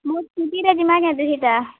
ମୋର୍ ସ୍କୁଟିରେ ଯିମା କେତେ ଦୁହିଟା